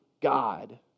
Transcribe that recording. God